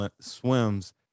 swims